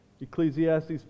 Ecclesiastes